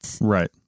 Right